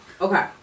Okay